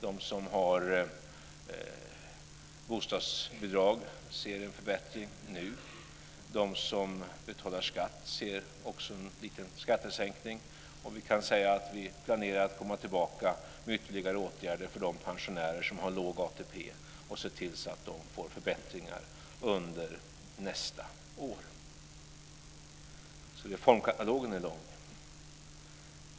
De som har bostadsbidrag ser en förbättring nu. De som betalar skatt ser en liten skattesänkning nu. Vi planerar också att komma tillbaka med ytterligare åtgärder för de pensionärer som har låg ATP så att de får förbättringar under nästa år. Reformkatalogen är lång.